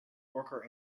worker